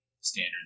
standard